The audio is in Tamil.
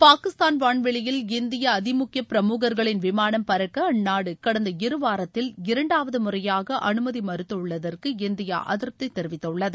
பாகிஸ்தான் வான்வெளியில் இந்திய அதிமுக்கிய பிரமுகர்களின் விமானம் பறக்க அந்நாடு கடந்த இருவாரத்தில் இரண்டாவது முறையாக அனுமதி மறுத்துள்ளதற்கு இந்தியா அதிருப்தி தெரிவித்துள்ளது